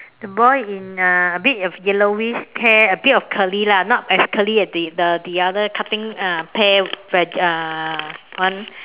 the boy in uh a bit of yellowish hair a bit of curly lah not as curly as the the other cutting uh pear veggie uh one